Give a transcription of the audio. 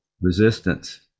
resistance